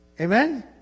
Amen